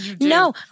no